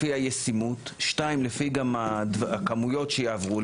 אחת, לפי הישימוּת, שתיים, לפי הכמויות שיעברו.